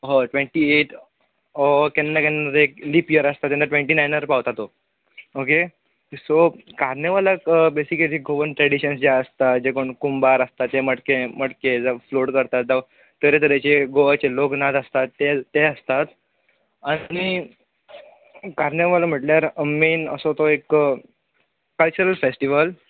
हय twenty eight or केन्ना केन्ना एक लीप यियर आसता तेन्ना टुवॅन्टी नायणार पावता तो ओके सो कार्निवलाक बेसीकली गोवन ट्रेडीशन्स जे आस्ता जे कोण कुंभार आस्ता ते मटके मटके जांव फ्लोट करतात जाव तरे तरेचे गोवाचे लोक नाच आसतात ते ते आसतात आनी कार्निवल म्हटल्यार मेन असो तो एक कल्चर फेस्टीवल